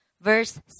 verse